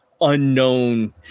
unknown